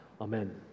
Amen